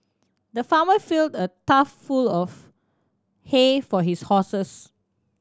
the farmer filled a trough full of hay for his horses